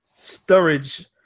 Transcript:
Sturridge